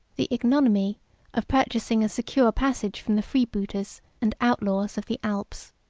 the ignominy of purchasing a secure passage from the freebooters and outlaws of the alps.